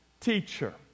teacher